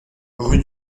rue